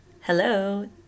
Hello